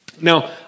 Now